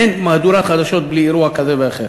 אין מהדורת חדשות בלי אירוע כזה או אחר.